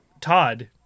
Todd